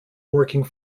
working